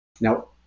now